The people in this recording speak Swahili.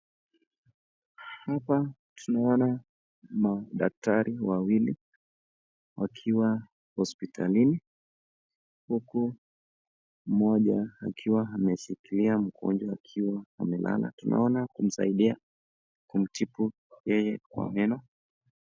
Hapa tunaona madaktari wawili wakiwa hospitalini uku mmoja akiwa ameshikilia mgonjwa akiwa amelala. Tunaona akimsaidia kumtibu yeye kwa meno.